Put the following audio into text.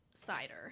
Cider